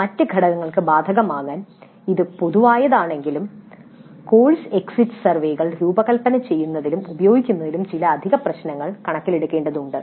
മറ്റ് ഘടകങ്ങൾക്ക് ബാധകമാകാൻ ഇത് പൊതുവായതാണെങ്കിലും കോഴ്സ് എക്സിറ്റ് സർവേകൾ രൂപകൽപ്പന ചെയ്യുന്നതിലും ഉപയോഗിക്കുന്നതിലും ചില അധിക പ്രശ്നങ്ങൾ കണക്കിലെടുക്കേണ്ടതുണ്ട്